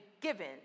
given